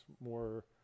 more